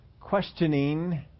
questioning